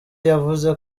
yavuze